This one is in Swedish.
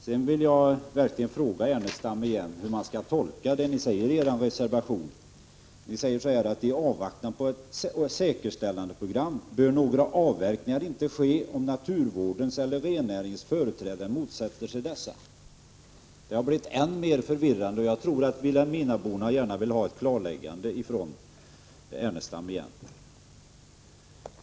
Sedan vill jag verkligen fråga Lars Ernestam igen, hur man skall tolka det ni säger i er reservation: ”I avvaktan på ett säkerställandeprogram bör några avverkningar inte ske om naturvårdens eller rennäringens företrädare motsätter sig dessa.” Det har blivit än mera förvirrande, och jag tror att vilhelminaborna gärna vill ha ett klarläggande från Lars Ernestam.